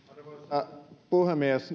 arvoisa puhemies